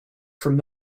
from